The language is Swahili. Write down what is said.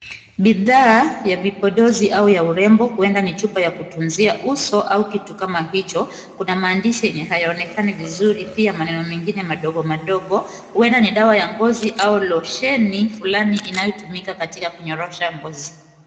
Bidhaa ya vipodozi au urembo, huenda ni chupa ya kutunzia uso au kitu kama hicho. Kuna maandishi yanayoonekana vizuri pia maneno mengine madogo madogo. Huenda ni dawa ya ngozi au losheni fulani inaotumika katika kunyorosha ngozi.